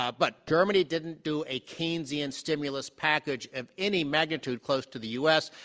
ah but germany didn't do a keynesian stimulus package of any magnitude close to the u. s.